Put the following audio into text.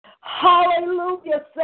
Hallelujah